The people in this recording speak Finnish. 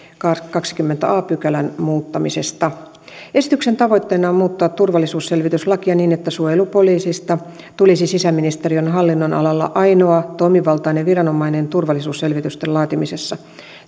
kahdennenkymmenennen a pykälän muuttamisesta esityksen tavoitteena on muuttaa turvallisuusselvityslakia niin että suojelupoliisista tulisi sisäministeriön hallinnonalalla ainoa toimivaltainen viranomainen turvallisuusselvitysten laatimisessa